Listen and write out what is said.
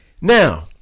Now